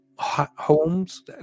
homes